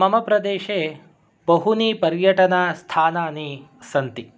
मम प्रदेशे बहूनि पर्यटनस्थानानि सन्ति